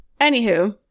Anywho